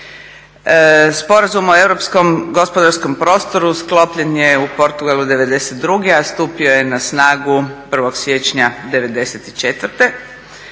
Sporazum o europskom gospodarskom prostoru sklopljen je u Portugalu '92. a stupio je na snagu 1. siječnja '94.